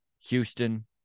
Houston